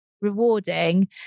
rewarding